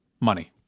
Money